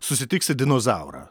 susitiksi dinozaurą